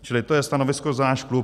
Čili to je stanovisko za náš klub.